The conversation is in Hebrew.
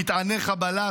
מטעני חבלה,